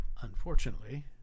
unfortunately